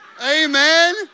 Amen